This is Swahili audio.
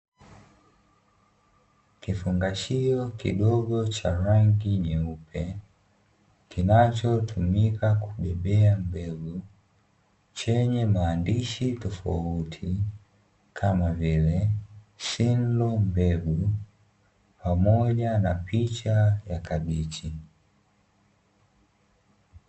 Kifungashio kidogo cha rangi nyeupe kinachotumika kubebea mbegu chenye maandishi tofauti, kama vile silo mbegu pamoja na picha ya kabichi.